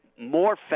more